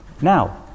Now